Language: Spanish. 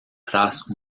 tras